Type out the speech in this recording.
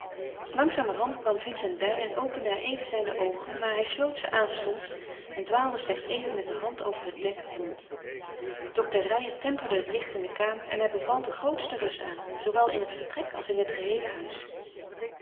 langzamerhand kwam vincent bij en opende hij even zijne oogen maar hij sloot ze aanstonds en dwaalde slechts even met de hand over het dek rond dokter reijer temperde het licht in de kamer en hij beval de grootste rust aan zoowel in het vertrek als in het geheele huis